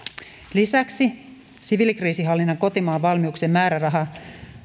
lisäksi siviilikriisihallinnan kotimaan valmiuksien määrärahaa